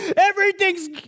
everything's